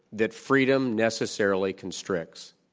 that freedom necessarily constricts.